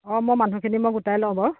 অ' মই মানুহখিনি মই গোটাই লওঁ বাৰু